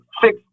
Six